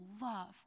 love